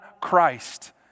Christ